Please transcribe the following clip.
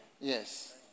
Yes